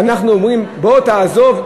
ואנחנו אומרים: בוא תעזוב,